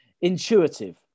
intuitive